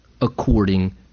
according